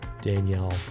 Danielle